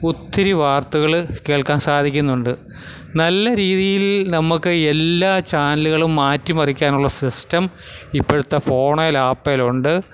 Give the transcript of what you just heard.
ഒത്തിരി വാർത്തകൾ കേൾക്കാൻ സാധിക്കുന്നുണ്ട് നല്ല രീതിയിൽ നമുക്ക് എല്ലാ ചാനലുകളും മാറ്റി മറിക്കാനുള്ള സിസ്റ്റം ഇപ്പോഴത്തെ ഫോണിൽ ആപ്പിലുണ്ട്